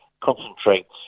Concentrates